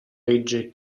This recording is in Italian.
legge